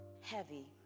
heavy